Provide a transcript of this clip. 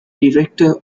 director